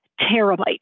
terabyte